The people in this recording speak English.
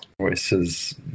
voices